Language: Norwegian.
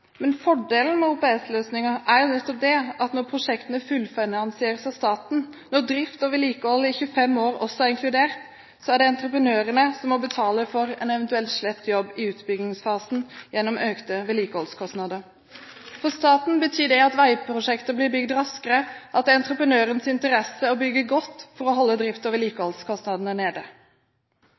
men fordelen med OPS-løsninger er at når prosjektene fullfinansieres av staten, og når drift og vedlikehold i 25 år også er inkludert, er det entreprenørene som må betale for en eventuell slett jobb i utbyggingsfasen, gjennom økte vedlikeholdskostnader. For staten betyr det at veiprosjekter blir bygd raskere, og at det er i entreprenørens interesse å bygge godt for å holde drifts- og vedlikeholdskostnadene nede.